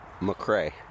McRae